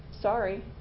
Sorry